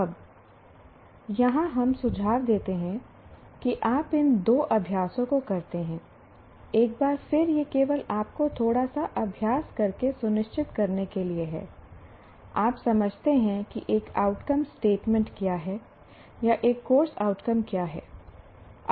अब यहाँ हम सुझाव देते हैं कि आप इन दो अभ्यासों को करते हैं एक बार फिर यह केवल आपको थोड़ा सा अभ्यास करके सुनिश्चित करने के लिए है आप समझते हैं कि एक आउटकम स्टेटमेंट क्या है या एक कोर्स आउटकम क्या है